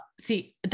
See